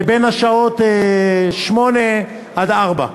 בין השעות 08:00 ו-16:00.